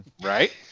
right